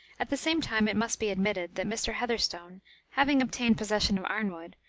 at the same time it must be admitted, that mr. heatherstone having obtained possession of arnwood,